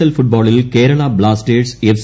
L ഫുട്ബോളിൽ Kerala Blasters F